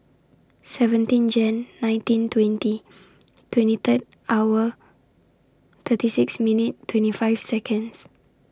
seventeen Jan nineteen twenty twenty Third hour thirty six minute twenty five Seconds